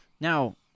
Now